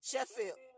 Sheffield